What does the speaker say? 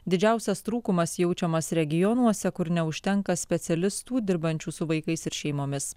didžiausias trūkumas jaučiamas regionuose kur neužtenka specialistų dirbančių su vaikais ir šeimomis